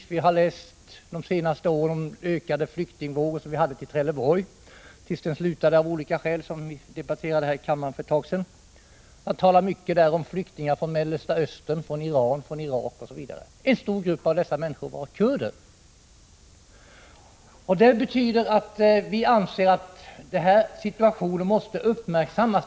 Vi har under de senaste åren läst om den ökade flyktingvågen till Trelleborg — tills den slutade av olika skäl, som vi debatterade här i kammaren för ett tag sedan. Man talade mycket om flyktingar från Mellersta Östern, från Iran, Irak osv. En stor del av dessa människor var kurder. Vi anser att den här situationen måste uppmärksammas.